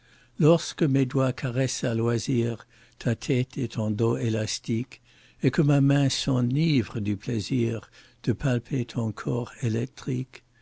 lorsque mes doigts caressent à loisir ta tête et ton dos élastique et que ma main s'enivre du plaisir de palper ton corps électrique